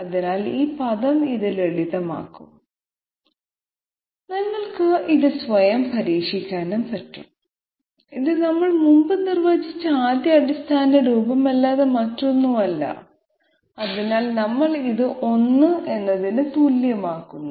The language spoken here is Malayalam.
അതിനാൽ ഈ പദം ഈ ലളിതമാക്കും നിങ്ങൾക്ക് ഇത് സ്വയം പരീക്ഷിക്കാൻ കഴിയും ഇത് നമ്മൾ മുമ്പ് നിർവചിച്ച ആദ്യ അടിസ്ഥാന രൂപമല്ലാതെ മറ്റൊന്നുമല്ല അതിനാൽ നമ്മൾ ഇത് I എന്നതിന് തുല്യമാക്കുന്നു